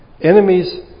Enemies